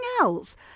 else